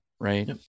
right